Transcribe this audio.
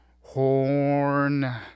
horn